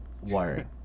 wire